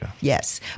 Yes